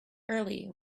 early